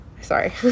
sorry